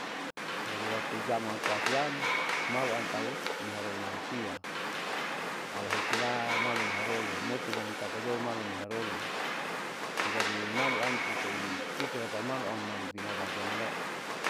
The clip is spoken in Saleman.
Jadi waktu jaman koasiam maluam tahu niharoru alusia alihitiam niharolu mutinam iharolu jadi maluam ita ipikir taumaluam malu binatan tapasiamale.